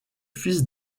fils